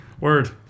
Word